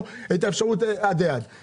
לנצח נצחים הוא לא ישלם ארנונה?